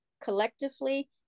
collectively